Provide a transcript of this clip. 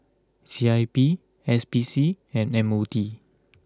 C I P S P C and M O T